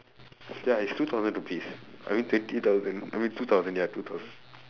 ya it's two thousand per piece I mean twenty thousand I mean two thousand ya two thousand